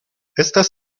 estas